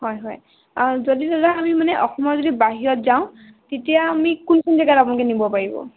হয় হয় আৰু যদি দাদা আমি মানে অসমৰ যদি বাহিৰত যাওঁ তেতিয়া আমি কোন কোন জেগাত আপোনালোকে নিব পাৰিব